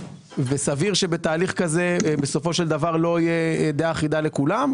סביר שבתהליך כזה בסופו של דבר לא תהיה דעה אחידה לכולם.